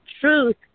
truth